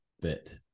bit